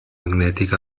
magnètic